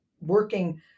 working